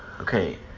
Okay